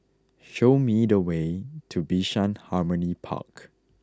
show me the way to Bishan Harmony Park